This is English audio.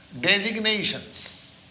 designations